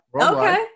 Okay